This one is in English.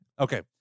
Okay